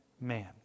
man